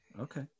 okay